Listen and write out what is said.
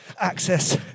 Access